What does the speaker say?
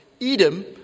Edom